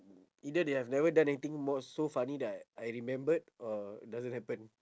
either they have never done anything more so funny that I remembered or it doesn't happen